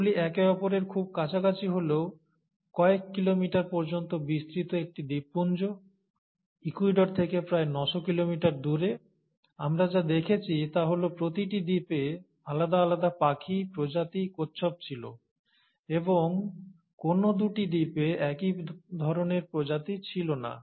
এগুলি একে অপরের খুব কাছাকাছি হলেও কয়েক কিলোমিটার পর্যন্ত বিস্তৃত একটি দ্বীপপুঞ্জ ইকুয়েডর থেকে প্রায় 900 কিলোমিটার দূরে আমরা যা দেখেছি তা হল প্রতিটি দ্বীপে আলাদা আলাদা পাখি প্রজাতি কচ্ছপ ছিল এবং কোনও দুটি দ্বীপে একই ধরণের প্রজাতি ছিল না